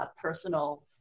personal